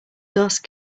dust